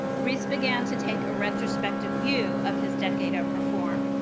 riis began to take a retrospective view of his decade of reform.